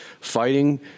fighting